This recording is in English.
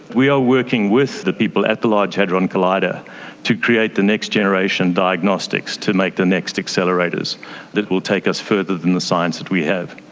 we are working with the people at the large hadron collider to create the next generation diagnostics to make the next accelerators that will take us further than the science that we have.